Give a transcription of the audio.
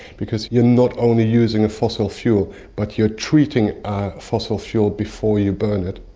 because you're not only using a fossil fuel, but you're treating a fossil fuel before you burn it,